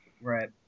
Right